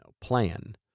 plan